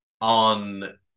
on